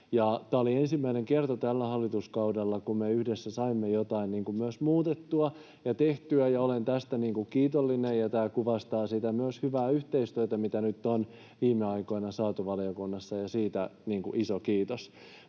Tämä oli ensimmäinen kerta tällä hallituskaudella, kun me yhdessä saimme jotain myös muutettua ja tehtyä, ja olen tästä kiitollinen, ja tämä kuvastaa myös sitä hyvää yhteistyötä, mitä nyt on viime aikoina saatu valiokunnassa, ja siitä iso kiitos.